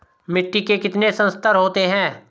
मिट्टी के कितने संस्तर होते हैं?